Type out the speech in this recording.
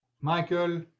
Michael